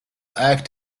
act